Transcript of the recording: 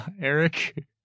Eric